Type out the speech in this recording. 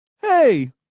Hey